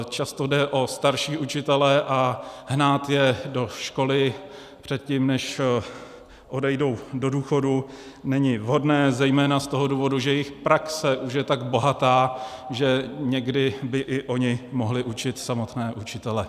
Často jde o starší učitele a hnát je do školy předtím, než odejdou do důchodu, není vhodné zejména z toho důvodu, že jejich praxe už je tak bohatá, že někdy by i oni mohli učit samotné učitele.